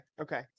Okay